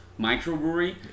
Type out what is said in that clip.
microbrewery